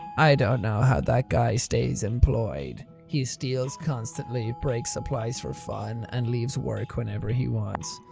i don't know how that guy stays employed. he steals constantly, breaks supplies for fun, and leaves work whenever he wants.